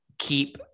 keep